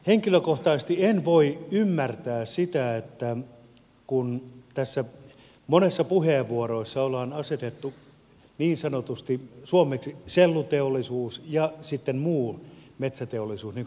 henkilökohtaisesti en voi ymmärtää sitä kun tässä monessa puheenvuorossa ollaan asetettu niin sanotusti suomeksi selluteollisuus ja sitten muu metsäteollisuus vastakkain